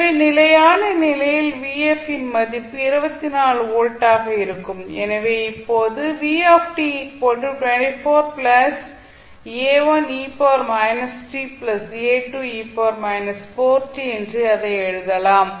எனவே நிலையான நிலையில் இன் மதிப்பு 24 வோல்ட் ஆக இருக்கும் எனவே இப்போது என்று அதை எழுதலாம்